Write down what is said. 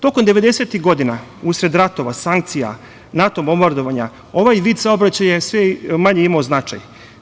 Tokom devedesetih godina, usled ratova, sankcija, NATO bombardovanja, ovaj vid saobraćaja je sve manje imao značaj.